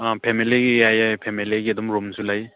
ꯑ ꯐꯦꯃꯤꯂꯤꯒꯤ ꯌꯥꯏ ꯌꯥꯏ ꯐꯦꯃꯤꯂꯤꯒꯤ ꯑꯗꯨꯝ ꯔꯨꯝꯁꯨ ꯂꯩ